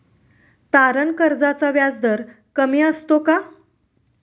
तारण कर्जाचा व्याजदर कमी असतो का?